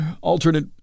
alternate